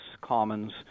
commons